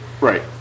Right